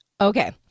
Okay